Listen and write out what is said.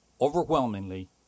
overwhelmingly